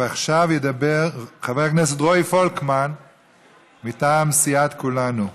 עכשיו ידבר חבר הכנסת רועי פולקמן מטעם סיעת כולנו.